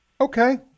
Okay